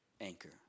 anchor